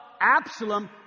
Absalom